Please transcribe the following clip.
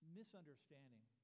misunderstanding